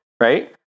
right